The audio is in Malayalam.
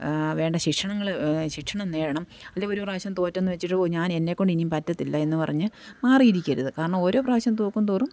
വേണ്ട ശിക്ഷണങ്ങൾ ശിക്ഷണം നേടണം അല്ലെങ്കിൽ ഒരു പ്രാവശ്യം തോറ്റെന്ന് വച്ചിട്ടൊ ഓഹ് ഞാൻ എന്നെ കൊണ്ട് ഇനിയും പറ്റത്തില്ല എന്നു പറഞ്ഞ് മാറിയിരിക്കരുത് കാരണം ഓരോ പ്രാവശ്യം തോക്കുംതോറും